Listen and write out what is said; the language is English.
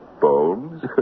Bones